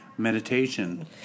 Meditation